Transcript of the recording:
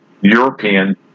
European